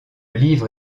livre